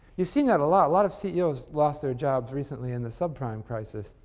you've seen that a lot a lot of ceos lost their jobs recently in the subprime crisis.